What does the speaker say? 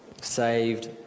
Saved